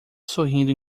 sorrindo